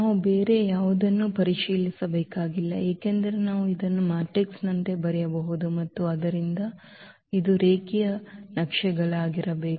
ನಾವು ಬೇರೆ ಯಾವುದನ್ನೂ ಪರಿಶೀಲಿಸಬೇಕಾಗಿಲ್ಲ ಏಕೆಂದರೆ ನಾವು ಇದನ್ನು ಮ್ಯಾಟ್ರಿಕ್ಸ್ನಂತೆ ಬರೆಯಬಹುದು ಮತ್ತು ಆದ್ದರಿಂದ ಇದು ರೇಖೀಯ ನಕ್ಷೆಗಳಾಗಿರಬೇಕು